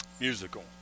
Musical